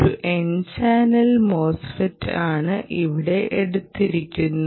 ഒരു N channel MOSFET ആണ് ഇവിടെ എടുത്തിരിക്കുന്നത്